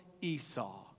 Esau